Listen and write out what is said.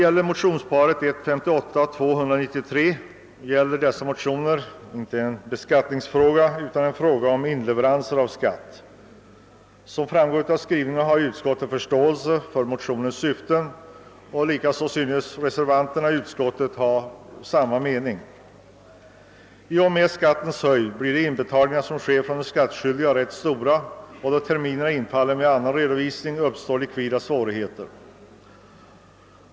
I motionsparet I: 158 och II:193 tar man inte upp någon beskattningsfråga, utan en fråga om inleveranser av skatt. Som framgår av skrivningen hyser utskottet förståelse för motionens syfte, och reservanterna i utskottet synes vara av samma mening. I och med att skatten är så hög blir de inbetalningar som de skattskyldiga gör ganska stora, och då inbetalningsterminerna sammanfaller med andra redovisningsterminer uppstår likviditetssvårigheter.